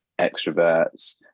extroverts